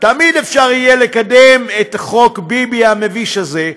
תמיד אפשר יהיה לקדם את חוק ביבי המביש הזה,